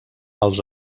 els